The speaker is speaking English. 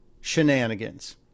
shenanigans